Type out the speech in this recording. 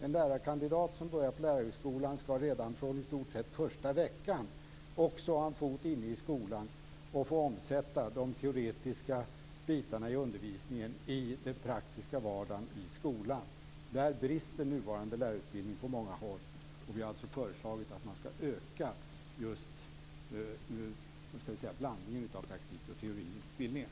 En lärarkandidat som börjar på lärarhögskolan skall redan från i stort sett första veckan också ha en fot inne i skolan och få omsätta de teoretiska bitarna i undervisningen i den praktiska vardagen i skolan. Där brister den nuvarande lärarutbildningen på många håll. Vi har alltså föreslagit att man skall öka blandningen av praktik och teori i utbildningen.